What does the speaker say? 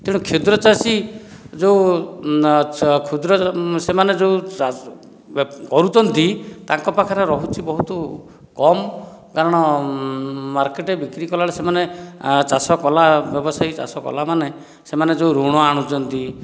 ତେଣୁ କ୍ଷୁଦ୍ର ଚାଷୀ ଯେଉଁ କ୍ଷୁଦ୍ର ସେମାନେ ଯେଉଁ ଚାଷ ତାଙ୍କ ପାଖରେ ରହୁଛି ବହୁତ କମ କାରଣ ମାର୍କେଟରେ ବିକ୍ରି କଲାବେଳେ ସେମାନେ ଚାଷ କଲା ବ୍ୟବସାୟୀ ଚାଷ କଲା ମାନେ ସେମାନେ ଯେଉଁ ଋଣ ଆଣୁଛନ୍ତି